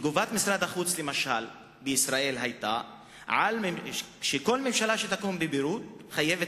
תגובת משרד החוץ בישראל היתה שכל ממשלה שתקום בביירות חייבת